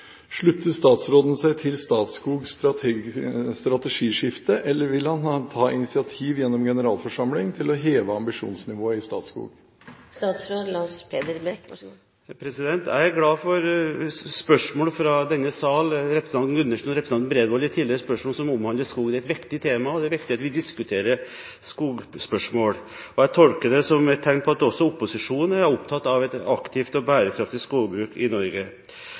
Slutter statsråden seg til Statskogs strategiskifte, eller vil han ta initiativ gjennom generalforsamling til å heve ambisjonsnivået i Statskog?» Jeg er glad for spørsmål fra denne sal fra representanten Gundersen – og fra representanten Bredvold i forrige spørsmål – som omhandler skog. Det er et viktig tema, og det er viktig at vi diskuterer skogspørsmål. Jeg tolker det som et tegn på at også opposisjonen er opptatt av et aktivt og bærekraftig skogbruk i Norge.